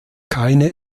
keine